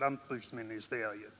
lantbruksministeriet.